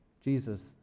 Jesus